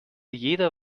jeder